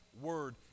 word